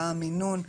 מה המינון.